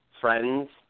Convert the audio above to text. friends